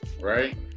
right